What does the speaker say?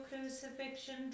crucifixion